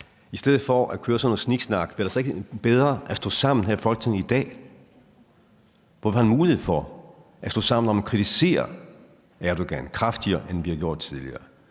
I stedet for at køre sådan noget sniksnak var det så ikke bedre at stå sammen her i Folketinget i dag, hvor vi har en mulighed for at stå sammen om at kritisere Erdogan kraftigere, end vi har gjort tidligere?